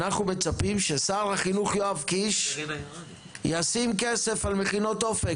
אנחנו מצפים ששר החינוך יואב קיש ישים כסף על מכינות אופק,